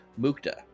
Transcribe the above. Mukta